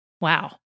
Wow